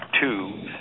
Two